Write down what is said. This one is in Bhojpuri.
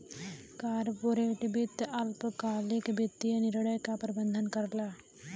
कॉर्पोरेट वित्त अल्पकालिक वित्तीय निर्णय क प्रबंधन करला